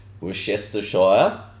Worcestershire